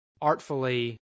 artfully